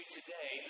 today